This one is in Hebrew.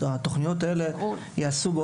התכניות האלה ייעשו,